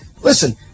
listen